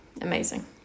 amazing